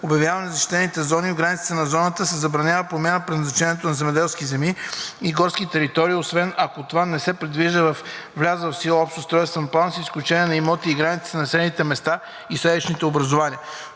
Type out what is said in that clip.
обявяване на защитената зона в границите на зоната се забранява „промяна предназначението на земеделски земи и горски територии, освен ако това не се предвижда във влязъл в сила общ устройствен план, с изключение на имоти в границите на населените места и селищните образувания“.